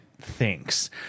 thinks